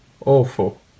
Awful